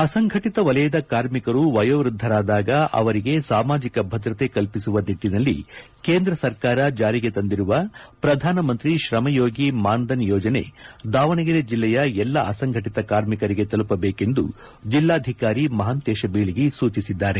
ಅಸಂಘಟಿತ ವಲಯದ ಕಾರ್ಮಿಕರು ವಯೋವೃದ್ದರಾದಾಗ ಅವರಿಗೆ ಸಾಮಾಜಿಕ ಭದ್ರತೆ ಕಲ್ಪಿಸುವ ನಿಟ್ಟಿನಲ್ಲಿ ಕೇಂದ್ರ ಸರ್ಕಾರ ಜಾರಿಗೆ ತಂದಿರುವ ಪ್ರಧಾನಮಂತ್ರಿ ಶ್ರಮ್ಯೋಗಿ ಮಾನ್ ಧನ್ ಯೋಜನೆ ದಾವಣಗೆರೆ ಜಿಲ್ಲೆಯ ಎಲ್ಲ ಅಸಂಘಟಿತ ಕಾರ್ಮಿಕರಿಗೆ ತಲುಪಬೇಕೆಂದು ಜಿಲ್ಲಾಧಿಕಾರಿ ಮಹಾಂತೇಶ ಬೀಳಗಿ ಸೂಚಿಸಿದ್ದಾರೆ